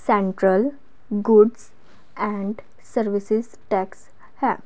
central goods and services tax ਹੈ